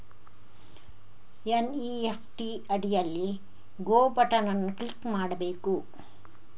NEFT ಅಡಿಯಲ್ಲಿ go button ಅನ್ನು click ಮಾಡಬೇಕು